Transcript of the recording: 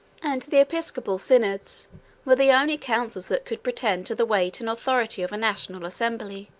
and the episcopal synods were the only councils that could pretend to the weight and authority of a national assembly.